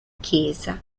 chiesa